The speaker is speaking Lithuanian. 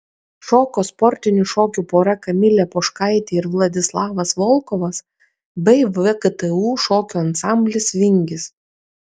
šoko sportinių šokių pora kamilė poškaitė ir vladislavas volkovas bei vgtu šokių ansamblis vingis